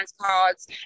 cards